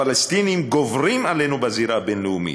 הפלסטינים גוברים עלינו בזירה הבין-לאומית.